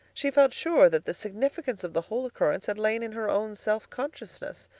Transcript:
she felt sure that the significance of the whole occurrence had lain in her own self-consciousness.